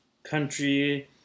Country